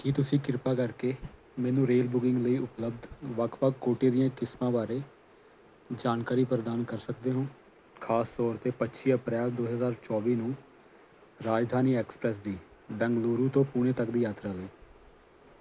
ਕੀ ਤੁਸੀਂ ਕਿਰਪਾ ਕਰਕੇ ਮੈਨੂੰ ਰੇਲ ਬੁਕਿੰਗ ਲਈ ਉਪਲੱਬਧ ਵੱਖ ਵੱਖ ਕੋਟੇ ਦੀਆਂ ਕਿਸਮਾਂ ਬਾਰੇ ਜਾਣਕਾਰੀ ਪ੍ਰਦਾਨ ਕਰ ਸਕਦੇ ਹੋ ਖਾਸ ਤੌਰ 'ਤੇ ਪੱਚੀ ਅਪ੍ਰੈਲ ਦੋ ਹਜ਼ਾਰ ਚੌਵੀ ਨੂੰ ਰਾਜਧਾਨੀ ਐਕਸਪ੍ਰੈਸ ਦੀ ਬੈਂਗਲੁਰੂ ਤੋਂ ਪੁਣੇ ਤੱਕ ਦੀ ਯਾਤਰਾ ਲਈ